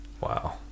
Wow